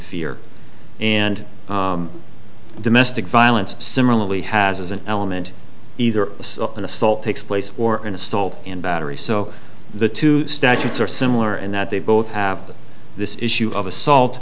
fear and domestic violence similarly has an element either an assault takes place or an assault and battery so the two statutes are similar in that they both have this issue of assault